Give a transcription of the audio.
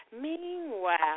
Meanwhile